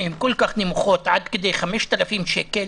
כל כך נמוכים עד כי 5,000 שקל.